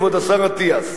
כבוד השר אטיאס,